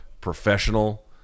Professional